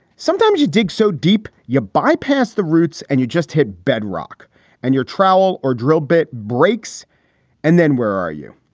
sometimes you dig so deep, you bypass the roots and you just hit bedrock and you're trowel or drill bit breaks and then where are you?